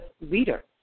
leader